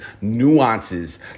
nuances